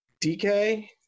DK